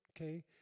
okay